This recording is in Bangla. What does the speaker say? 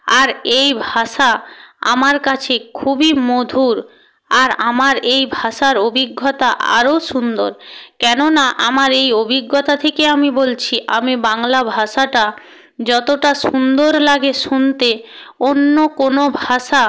আর এই ভাষা আমার কাছে খুবই মধুর আর আমার এই ভাষার অভিজ্ঞতা আরও সুন্দর কেননা আমার এই অভিজ্ঞতা থেকে আমি বলছি আমি বাংলা ভাষাটা যতটা সুন্দর লাগে শুনতে অন্য কোনো ভাষা